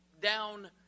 down